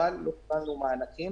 אבל לא קיבלנו מענקים.